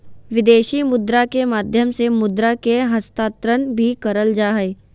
विदेशी मुद्रा के माध्यम से मुद्रा के हस्तांतरण भी करल जा हय